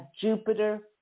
Jupiter